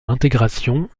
l’intégration